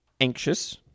anxious